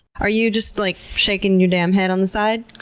are you just like shaking your damn head on the side?